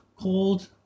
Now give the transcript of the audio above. called